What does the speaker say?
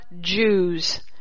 Jews